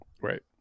right